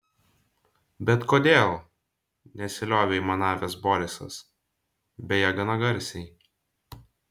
bet kodėl nesiliovė aimanavęs borisas beje gana garsiai